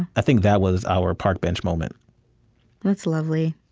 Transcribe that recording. i think that was our park bench moment that's lovely.